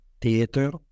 Theater